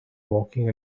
walking